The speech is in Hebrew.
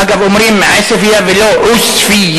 אגב, אומרים עספיא ולא עוספיא.